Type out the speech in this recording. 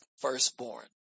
firstborn